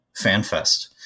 FanFest